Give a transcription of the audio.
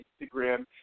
Instagram